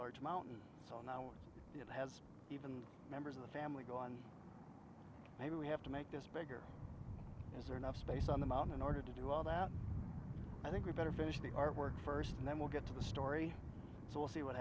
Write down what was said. large mountain so now once it has even members of the family go on maybe we have to make this bigger as are enough space on the mountain in order to do all that i think we'd better finish the artwork first and then we'll get to the story so we'll see what